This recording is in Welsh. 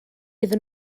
iddyn